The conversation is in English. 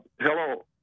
Hello